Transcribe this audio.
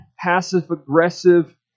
passive-aggressive